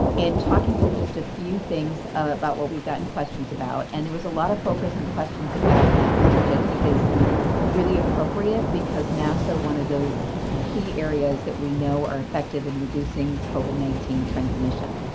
and talking through just a few things about what we've gotten questions about, and there was a lot of focus and questions about masks which i think is really appropriate because masks are one of those key areas that we know are effective in reducing covid nineteen transmission.